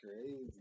crazy